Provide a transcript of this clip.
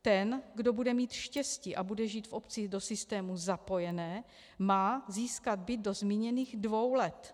Ten, kdo bude mít štěstí a bude žít v obci do systému zapojené, má získat byt do zmíněných dvou let.